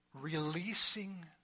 releasing